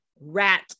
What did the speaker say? rat